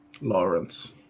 Lawrence